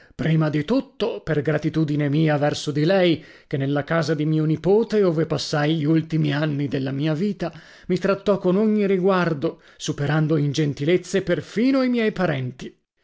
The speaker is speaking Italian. prima di tutto per gratitudine mia verso di lei che nella casa di mio nipote ove passai gli ultimi anni della mia vita mi trattò con ogni riguardo superando in gentilezze perfino i miei parenti